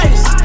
Ice